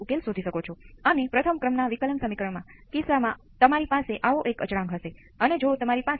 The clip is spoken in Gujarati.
હવે સર્કિટ માટે સજાતીય વિભેદક સમીકરણ કઈ સ્થિતિને અનુરૂપ છે